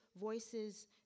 voices